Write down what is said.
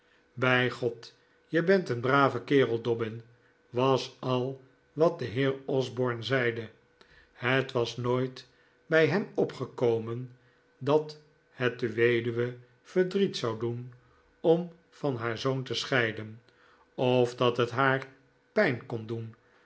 bij god je bent een brave kerel dobbin was al wat de heer osborne zeide het was nooit bij hem opgekomen dat het de weduwe verdriet zou doen om van haar zoon te scheiden of dat het haar pijn kon doen